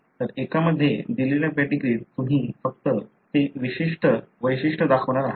तर एका मध्ये दिलेल्या पेडीग्रीत तुम्ही फक्त ते विशिष्ट वैशिष्ट्य दाखवणार आहात